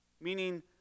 Meaning